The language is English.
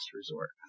resort